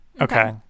okay